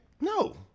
No